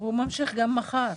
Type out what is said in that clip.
הוא ממשיך גם מחר.